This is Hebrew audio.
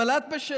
אבל את בשלך.